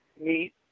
meet